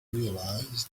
realize